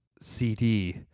CD